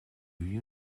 you